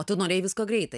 o tu norėjai visko greitai